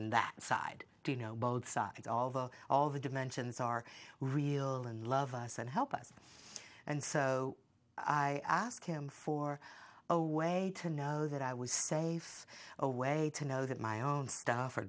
and that side do you know both sides of all the dimensions are real and love us and help us and so i asked him for a way to know that i was safe a way to know that my own stuff or